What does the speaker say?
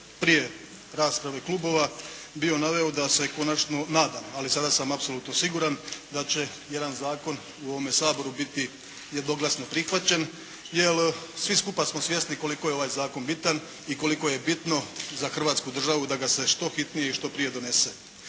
prije rasprave klubova bio naveo da se konačno nadam, ali sada sam apsolutno siguran da će jedan zakon u ovome Saboru biti jednoglasno prihvaćen. Jer svi skupa smo svjesni koliko je ovaj zakon bitan i koliko je bitno za Hrvatsku državu da ga se što hitnije i što prije donese.